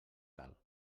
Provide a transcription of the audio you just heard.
cal